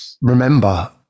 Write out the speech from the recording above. remember